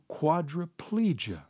quadriplegia